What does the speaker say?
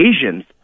asians